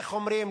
איך אומרים,